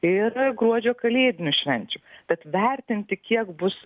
ir gruodžio kalėdinių švenčių tad vertinti kiek bus